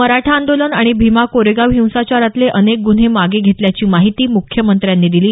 मराठा आंदोलन आणि भिमा कोरेगाव हिंसाचारातले अनेक गुन्हे मागे घेतल्याची माहिती मुख्यमंत्र्यांनी दिली